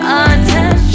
attention